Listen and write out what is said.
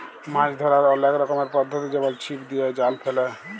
মাছ ধ্যরার অলেক রকমের পদ্ধতি যেমল ছিপ দিয়ে, জাল ফেলে